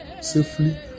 safely